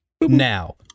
now